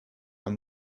are